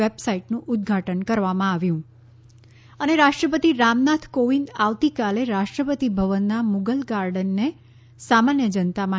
વેબસાઇટનું ઉદ્વાટન કરવામાં આવ્યું રાષ્ટ્રપતિ રામનાથ કોવિંદ આવતીકાલે રાષ્ટ્રપતિ ભવનના મુઘલ ગાર્ડનને સામાન્ય જનતા માટે